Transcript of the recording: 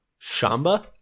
Shamba